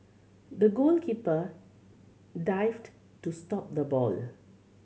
the goalkeeper dived to stop the ball